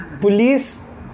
police